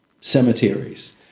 cemeteries